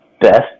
best